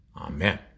Amen